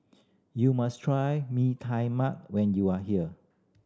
you must try Mee Tai Mak when you are here